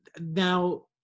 now